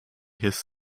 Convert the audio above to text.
his